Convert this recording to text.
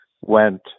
went